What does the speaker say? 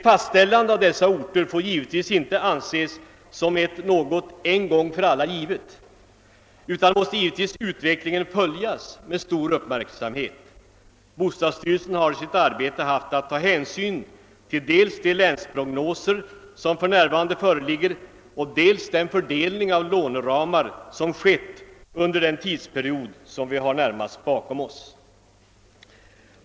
Fastställandet av dessa orter får givetvis inte anses som något en gång för alla givet utan utvecklingen måste givetvis följas med stor uppmärksamhet. Bostadsstyrelsen har i sitt arbete haft att ta hänsyn till dels de länsprognoser som för närvarande föreligger, dels den fördelning av låneramar som skett under den tidsperiod vi har närmast bakom oss.